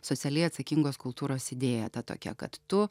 socialiai atsakingos kultūros idėja ta tokia kad tu